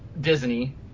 Disney